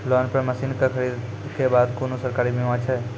Loan पर मसीनऽक खरीद के बाद कुनू सरकारी बीमा छै?